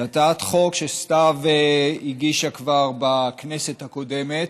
זו הצעת חוק שסתיו הגישה כבר בכנסת הקודמת,